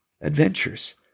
adventures